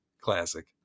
Classic